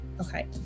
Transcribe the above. Okay